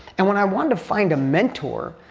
and when i wanted to find a mentor,